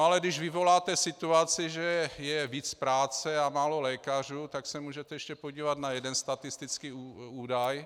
Ale když vyvoláte situaci, že je víc práce a málo lékařů, můžete se ještě podívat na jeden statistický údaj.